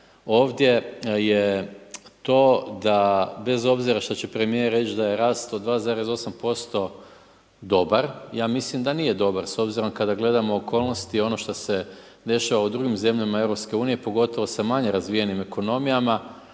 ovdje, je to da bez obzira što će premjer reći da je rast od 2,8% dobar, ja mislim da nije dobar, s obzirom kada gledamo okolnosti i ono što se dešava u drugim zemljama EU, pogotovo s manje razvijenim ekonomijama,